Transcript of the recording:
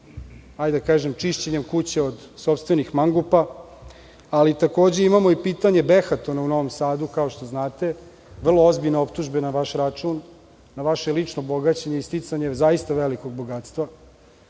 hajde da kažem, čišćenjem kuće od sopstvenih mangupa. Ali, takođe imamo i pitanje Behatona u Novom Sadu, kao što znate, vrlo ozbiljne optužbe na vaš račun, na vaše lično bogaćenje i sticanje zaista velikog bogatstva.